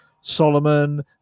Solomon